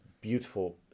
beautiful